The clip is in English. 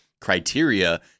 criteria